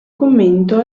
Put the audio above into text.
commento